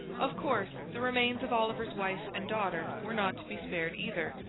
of course, the remains of oliver's wife and daughter were not to be spared either,